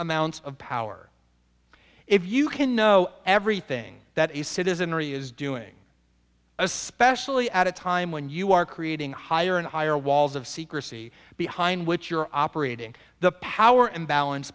amounts of power if you can know everything that is citizenry is doing especially at a time when you are creating higher and higher walls of secrecy behind which you're operating the power imbalance